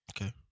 Okay